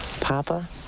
Papa